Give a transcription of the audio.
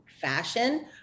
fashion